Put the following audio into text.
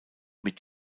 mit